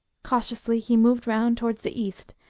cautiously he moved round towards the east,